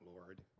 Lord